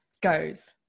goes